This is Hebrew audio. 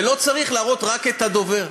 ולא צריך להראות רק את הדובר.